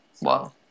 Wow